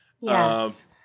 Yes